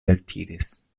eltiris